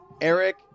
Eric